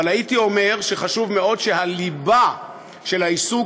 אבל הייתי אומר שחשוב מאוד שהליבה של העיסוק